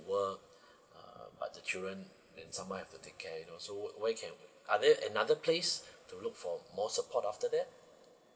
work uh but the children then someone have to take care you know so where can are there another place to look for more support after that